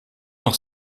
noch